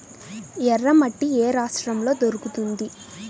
ఎర్రమట్టి ఏ రాష్ట్రంలో దొరుకుతుంది?